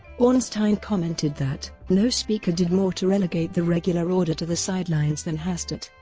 ornstein commented that no speaker did more to relegate the regular order to the sidelines than hastert.